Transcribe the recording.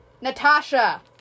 Natasha